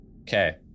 Okay